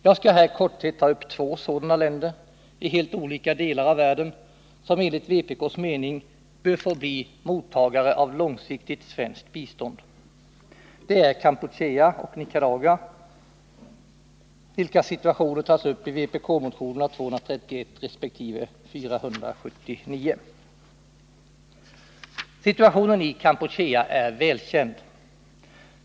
Jag skall här i korthet ta upp två sådana länder i helt olika delar av världen som enligt vpk:s mening bör få bli mottagare av långsiktigt svenskt bistånd. Det är Kampuchea och Nicaragua, vilkas situation tas upp i vpk-motionerna 231 resp. 479. Situationen i Kampuchea är välkänd.